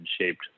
shaped